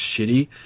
shitty